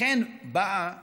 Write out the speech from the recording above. לכן באה